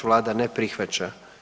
Vlada ne prihvaća.